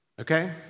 Okay